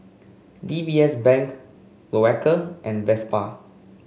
D B S Bank Loacker and Vespa